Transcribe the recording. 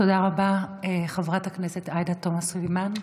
תודה רבה, חברת הכנסת עאידה תומא סלימאן.